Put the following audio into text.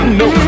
no